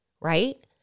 right